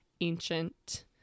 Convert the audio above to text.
ancient